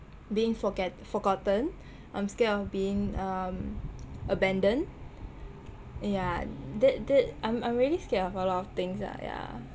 being forget forgotten I'm scared of being um abandoned yah did did I'm I'm really scared of a lot of things lah yah